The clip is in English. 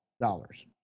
dollars